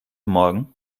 morgen